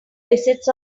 visits